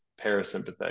parasympathetic